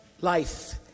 life